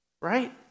right